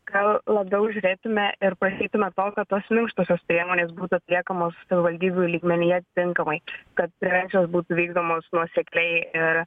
gal labiau žiūrėtume ir prašytume to kad tos minkštosios priemonės būtų atliekamos savivaldybių lygmenyje atinkamai kad prevencijos būtų vykdomos nuosekliai ir